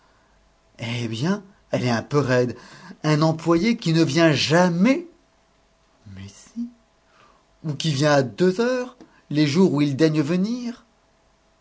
ah bien elle est un peu raide un employé qui ne vient jamais mais si ou qui vient à deux heures les jours où il daigne venir